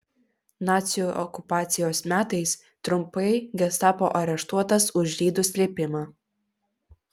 nacių okupacijos metais trumpai gestapo areštuotas už žydų slėpimą